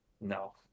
No